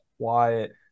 quiet